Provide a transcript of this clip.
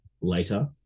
Later